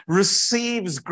receives